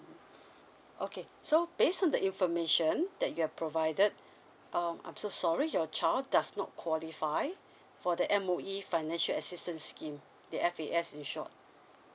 okay so based on the information that you have provided um I'm so sorry your child does not qualify for the M_O_E financial assistance scheme the F_A_S in short